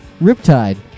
Riptide